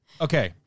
Okay